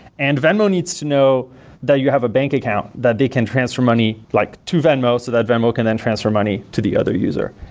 and venmo needs to know that you have a bank account that they can transfer money like to venmo so that venmo can then transfer money to the other user.